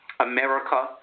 America